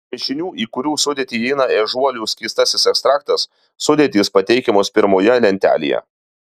mišinių į kurių sudėtį įeina ežiuolių skystasis ekstraktas sudėtys pateikiamos pirmoje lentelėje